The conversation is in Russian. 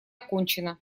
окончена